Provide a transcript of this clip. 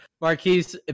Marquise